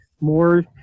more